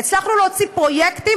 והצלחנו להוציא פרויקטים,